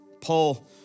Paul